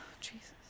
Jesus